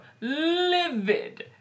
Livid